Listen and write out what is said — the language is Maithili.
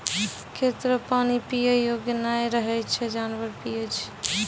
खेत रो पानी पीयै योग्य नै रहै छै जानवर पीयै छै